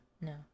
No